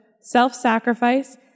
self-sacrifice